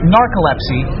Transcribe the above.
Narcolepsy